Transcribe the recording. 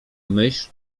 myśl